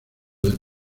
del